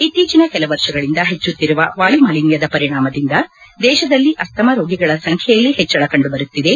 ಇತ್ತಿಚನ ಕೆಲ ವರ್ಷಗಳಿಂದ ಹೆಚ್ಚುತ್ತಿರುವ ವಾಯು ಮಾಲಿನ್ನದ ಪರಿಣಾಮದಿಂದ ದೇಶದಲ್ಲಿ ಅಸ್ತಮಾ ರೋಗಿಗಳ ಸಂಖ್ಯೆಯಲ್ಲಿ ಹೆಚ್ಚಳ ಕಂಡುಬರುತ್ತಿದೆ